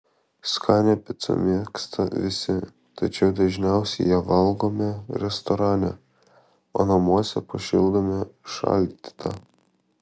skanią picą mėgsta visi tačiau dažniausiai ją valgome restorane o namuose pašildome šaldytą